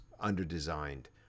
under-designed